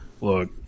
Look